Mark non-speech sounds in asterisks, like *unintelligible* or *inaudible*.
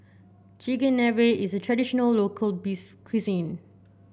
Chigenabe is a traditional local *unintelligible* cuisine